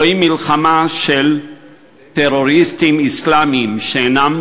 זוהי מלחמה של טרוריסטים אסלאמיים שאינם